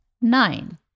Nine